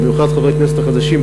במיוחד חברי הכנסת החדשים,